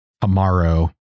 tomorrow